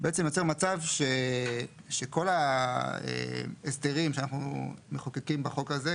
בעצם יוצר מצב שכל ההסדרים שאנחנו מחוקקים בחוק הזה,